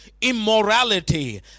immorality